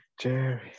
jerry